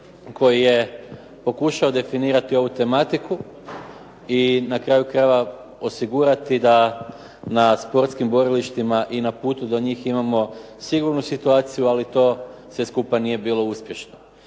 koji je pokušao definirati ovu tematiku i na kraju krajeva osigurati da na sportskim borilištima i na putu do njih imamo sigurnu situaciju, ali to sve skupa nije bilo uspješno.